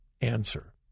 answer